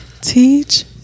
Teach